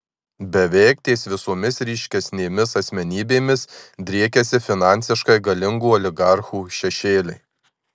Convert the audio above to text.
beveik ties visomis ryškesnėmis asmenybėmis driekiasi finansiškai galingų oligarchų šešėliai